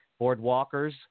boardwalkers